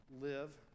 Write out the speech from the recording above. Live